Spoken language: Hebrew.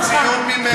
ציון ממך.